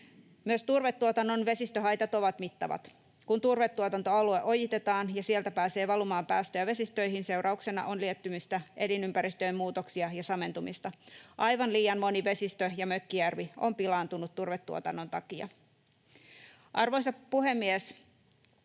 Myös turvetuotannon vesistöhaitat ovat mittavat. Kun turvetuotantoalue ojitetaan ja sieltä pääsee valumaan päästöjä vesistöihin, seurauksena on liettymistä, elinympäristöjen muutoksia ja samentumista. Aivan liian moni vesistö ja mökkijärvi on pilaantunut turvetuotannon takia. Arvoisa puhemies!